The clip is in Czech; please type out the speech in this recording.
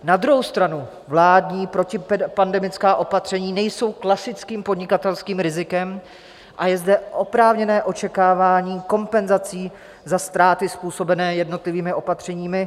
Na druhou stranu vládní protipandemická opatření nejsou klasickým podnikatelským rizikem a je zde oprávněné očekávání kompenzací za ztráty způsobené jednotlivými opatřeními.